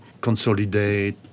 consolidate